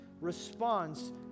response